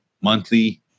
monthly